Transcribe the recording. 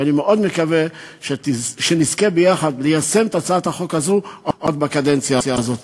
ואני מאוד מקווה שנזכה יחד ליישם את הצעת החוק הזאת עוד בקדנציה הזאת.